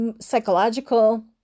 psychological